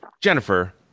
Jennifer